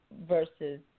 versus